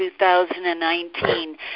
2019